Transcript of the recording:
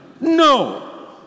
No